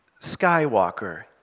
Skywalker